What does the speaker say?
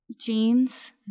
Jeans